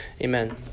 Amen